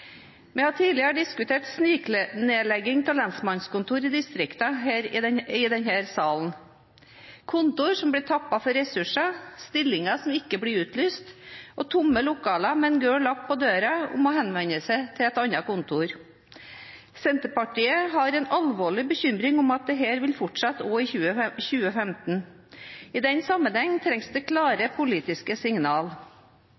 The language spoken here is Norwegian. Vi har tidligere diskutert sniknedlegging av lensmannskontorer i distriktene i denne salen – kontorer som blir tappet for ressurser, stillinger som ikke blir utlyst, og tomme lokaler med en gul lapp på døren om at man må henvende seg til et annet kontor. Senterpartiet har en alvorlig bekymring for at dette vil fortsette i 2015. I den sammenheng trengs det